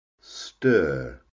stir